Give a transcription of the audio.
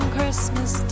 Christmas